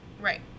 right